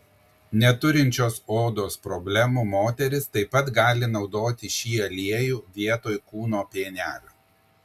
neturinčios odos problemų moterys taip pat gali naudoti šį aliejų vietoj kūno pienelio